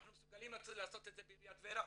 אנחנו מסוגלים לעשות את זה בעיריית טבריה.